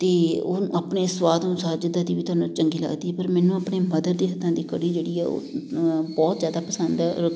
ਅਤੇ ਉਹ ਆਪਣੇ ਸਵਾਦ ਅਨੁਸਾਰ ਜਿੱਦਾਂ ਦੀ ਵੀ ਤੁਹਾਨੂੰ ਚੰਗੀ ਲੱਗਦੀ ਪਰ ਮੈਨੂੰ ਆਪਣੇ ਮਦਰ ਦੇ ਹੱਥਾਂ ਦੀ ਕੜੀ ਜਿਹੜੀ ਹੈ ਉਹ ਬਹੁਤ ਜ਼ਿਆਦਾ ਪਸੰਦ ਹੈ